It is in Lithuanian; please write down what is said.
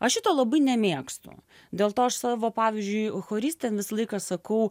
aš šito labai nemėgstu dėl to aš savo pavyzdžiui choristėm visą laiką sakau